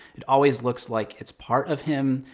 it always looks like it's part of him,